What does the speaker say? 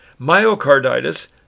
Myocarditis